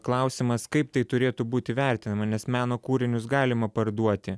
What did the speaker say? klausimas kaip tai turėtų būti vertinama nes meno kūrinius galima parduoti